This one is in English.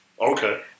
Okay